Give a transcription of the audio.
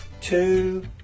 two